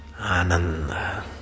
Ananda